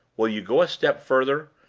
will you go a step further?